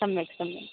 सम्यक् सम्यक्